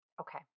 Okay